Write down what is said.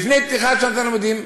לפני פתיחת שנת הלימודים.